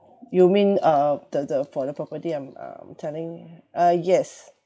you mean uh the the for the property I'm um telling uh yes